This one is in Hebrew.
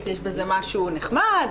יש בזה משהו נחמד,